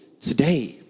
today